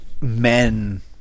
men